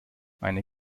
eine